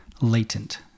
latent